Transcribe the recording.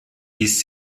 dies